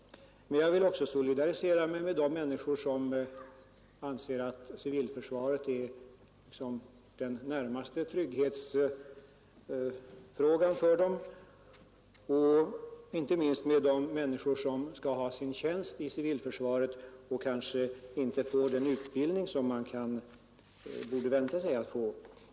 Men jag vill också solidarisera mig med de människor som anser att civilförsvaret omfattar den försvarstrygghetsfråga som ligger dem närmast, inte minst med de människor som skall göra tjänst inom civilförsvaret och kanske inte får den utbildning som de har rätt att vänta sig att få.